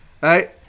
right